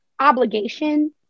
Obligation